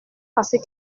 passer